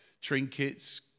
trinkets